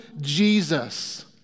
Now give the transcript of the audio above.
Jesus